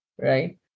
right